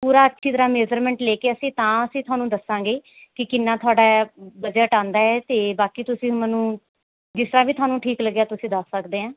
ਪੂਰਾ ਅੱਛੀ ਤਰ੍ਹਾਂ ਮੇਜ਼ਰਮੈਂਟ ਲੈ ਕੇ ਅਸੀਂ ਤਾਂ ਅਸੀਂ ਤੁਹਾਨੂੰ ਦੱਸਾਂਗੇ ਕਿ ਕਿੰਨਾ ਤੁਹਾਡਾ ਏ ਬਜਟ ਆਉਂਦਾ ਏ ਅਤੇ ਬਾਕੀ ਤੁਸੀਂ ਮੈਨੂੰ ਜਿਸ ਤਰ੍ਹਾਂ ਵੀ ਤੁਹਾਨੂੰ ਠੀਕ ਲੱਗਿਆ ਤੁਸੀਂ ਦੱਸ ਸਕਦੇ ਐਂ